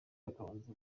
akabanza